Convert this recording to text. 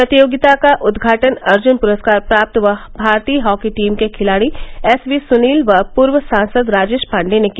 प्रतियोगिता का उद्घाटन अर्जुन पुरस्कार प्राप्त व भारतीय हॉकी टीम के खिलाड़ी एस वी सुनील व पूर्व सांसद राजेश पाण्डेय ने किया